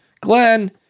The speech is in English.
Glenn